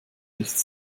nichts